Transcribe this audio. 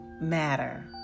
matter